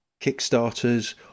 Kickstarters